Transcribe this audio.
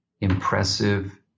impressive